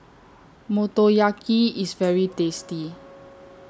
Motoyaki IS very tasty